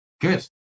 Good